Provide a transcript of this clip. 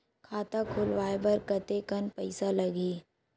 खाता खुलवाय बर कतेकन पईसा लगही?